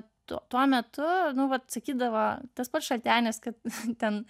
tuo tuo metu nu vat sakydavo tas pats šaltenis kad ten